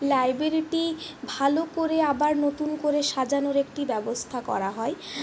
লাইব্রেরিটি ভালো করে আবার নতুন করে সাজানোর একটি ব্যবস্থা করা হয়